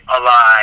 alive